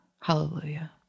Hallelujah